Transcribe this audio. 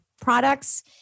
products